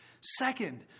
Second